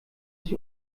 sich